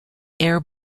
air